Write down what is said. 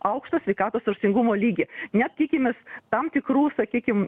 aukštą sveikatos raštingumo lygį net tikimės tam tikrų sakykim